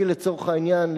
כי לצורך העניין,